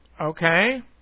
okay